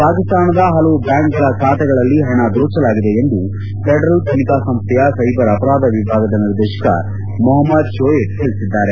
ಪಾಕಿಸ್ತಾನದ ಹಲವು ಬ್ಲಾಂಕಗಳ ಖಾತೆಗಳಲ್ಲಿ ದೋಚಲಾಗಿದೆ ಎಂದು ಫೆಡರಲ್ ತನಿಖಾ ಸಂಸ್ನೆಯ ಸೈಬರ್ ಅಪರಾಧ ವಿಭಾಗದ ನಿರ್ದೇಶಕ ಮೊಹಮ್ದದ್ ಶೋಯೆಬ್ ತಿಳಿಸಿದ್ದಾರೆ